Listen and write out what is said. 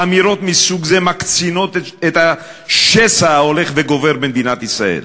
אמירות מסוג זה מקצינות את השסע ההולך וגובר במדינת ישראל.